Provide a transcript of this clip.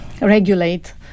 regulate